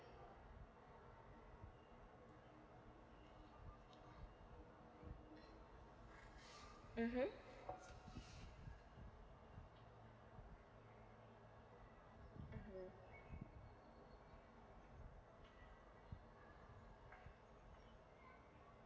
mmhmm mmhmm